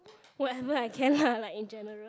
whatever I can lah like in general